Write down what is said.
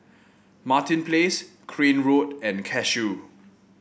Martin Place Crane Road and Cashew